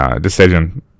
decision